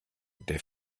der